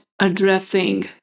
addressing